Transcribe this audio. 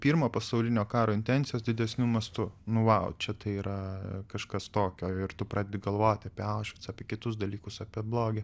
pirmo pasaulinio karo intencijos didesniu mastu nu vau čia tai yra kažkas tokio ir tu pradedi galvoti apie aušvicą apie kitus dalykus apie blogį